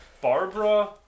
Barbara